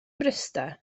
mryste